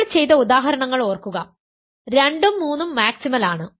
നമ്മൾ ചെയ്ത ഉദാഹരണങ്ങൾ ഓർക്കുക 2 ഉം 3 ഉം മാക്സിമൽ ആണ്